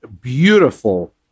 beautiful